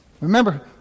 Remember